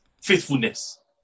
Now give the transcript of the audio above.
Faithfulness